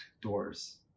doors